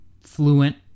fluent